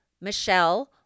Michelle